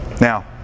Now